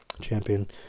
champion